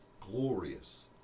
glorious